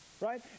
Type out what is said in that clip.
right